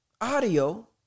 audio